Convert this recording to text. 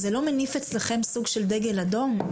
זה לא מניף אצלכם סוג של דגל אדום?